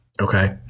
Okay